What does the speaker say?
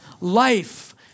life